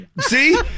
See